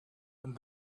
and